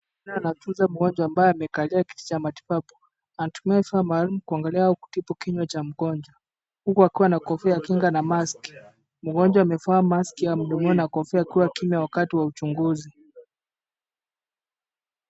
Mzee anatunza mgonjwa ambaye amekalia kiti cha matibabu, anatumia vifaa maalumu kuangalia au kutibu kinywa cha mgonjwa, huku akiwa na kofia ya kinga na maski. Mgonjwa amevaa maski ya blue na kofia, na kuwa kimya wakati wa uchunguzi.